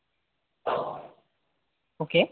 okay